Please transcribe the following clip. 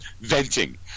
venting